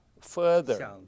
further